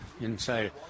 inside